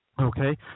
Okay